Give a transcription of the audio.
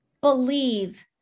believe